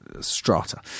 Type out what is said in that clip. strata